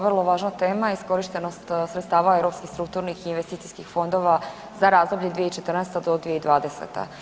Vrlo važna tema, iskorištenost sredstava europskih strukturnih i investicijskih fondova za razdoblje 2014. do 2020.